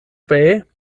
bay